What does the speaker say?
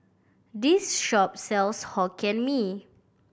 this shop sells Hokkien Mee